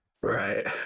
right